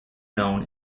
known